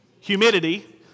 humidity